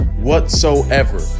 whatsoever